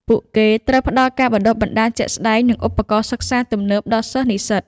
ពួកគេត្រូវផ្តល់ការបណ្តុះបណ្តាលជាក់ស្តែងនិងឧបករណ៍សិក្សាទំនើបដល់សិស្សនិស្សិត។